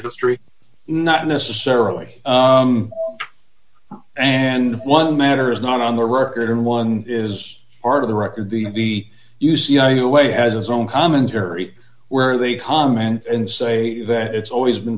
history not necessarily and one matter is not on the record and one is part of the record the u c i you away as own commentary where they come and say that it's always been